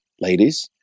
ladies